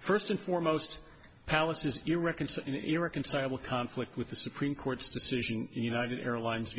first and foremost palace's you reconcile irreconcilable conflict with the supreme court's decision united airlines